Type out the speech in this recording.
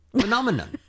Phenomenon